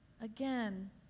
Again